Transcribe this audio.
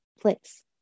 place